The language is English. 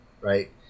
right